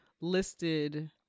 listed